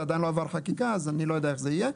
זה עדין לא עבר חקיקה אז אני לא יודע איך זה יהיה.